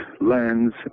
lands